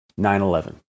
9-11